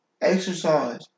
Exercise